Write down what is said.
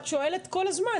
את שואלת כל הזמן.